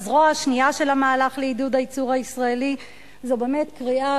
והזרוע השנייה של המהלך לעידוד הייצור הישראלי זו באמת קריאה,